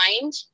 mind